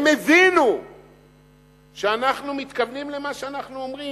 הם הבינו שאנחנו מתכוונים למה שאנחנו אומרים.